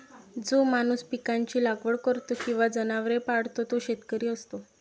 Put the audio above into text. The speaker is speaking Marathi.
जो माणूस पिकांची लागवड करतो किंवा जनावरे पाळतो तो शेतकरी असतो